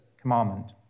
commandment